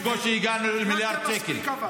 בקושי הגענו למיליארד שקל.